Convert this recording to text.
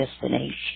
destination